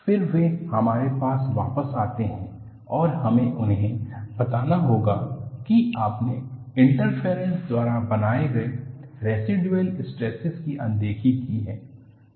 फिर वे हमारे पास वापस आते हैं और हमें उन्हें बताना होगा कि आपने इंटरफेरेंस द्वारा बनाए गए रैसिडुअल स्ट्रेसिस की अनदेखी की है